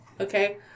okay